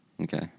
Okay